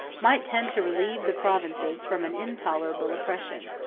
might tend to relieve the provinces from an intolerable oppression.